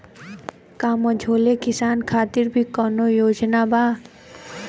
का मझोले किसान खातिर भी कौनो योजना बा?